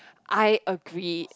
I agree